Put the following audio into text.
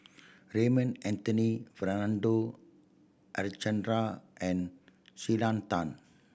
Raymond Anthony Fernando Harichandra and Selena Tan